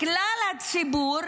כלל הציבור